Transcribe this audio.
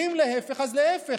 ואם להפך אז להפך,